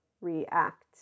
react